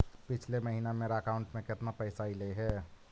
पिछले महिना में मेरा अकाउंट में केतना पैसा अइलेय हे?